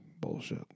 Bullshit